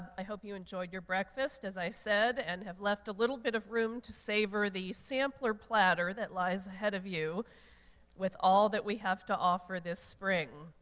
i hope you enjoyed your breakfast, as i said, and have left a little bit of room to savor the sampler platter that lies ahead of you with all that we have to offer this spring.